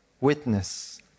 witness